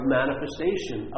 manifestation